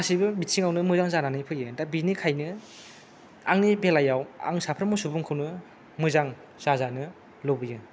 गासिबो बिथिंआवनो मोजां जानानै फैयो दा बिनिखायनो आंनि बेलायाव आं साफ्रामबो सुबुंखौनो मोजां जाजानो लुगैयो